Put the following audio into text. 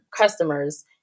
customers